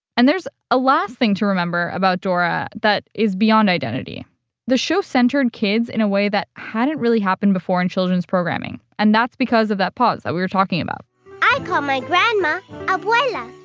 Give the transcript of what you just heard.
and there's a last thing to remember about dora that is beyond identity the show centered kids in a way that hadn't really happened before in children's programming, and that's because of that pause that we were talking about i call my grandma abuela.